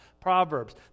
Proverbs